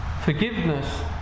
forgiveness